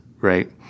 right